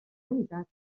unitat